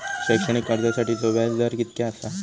शैक्षणिक कर्जासाठीचो व्याज दर कितक्या आसा?